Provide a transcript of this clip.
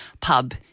pub